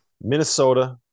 Minnesota